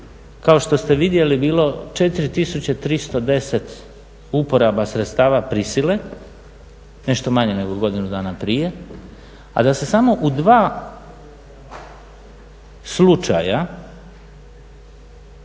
kao što ste vidjeli, bilo 4310 uporaba sredstava prisile, nešto manje nego godinu dana prije, a da se samo u dva slučaja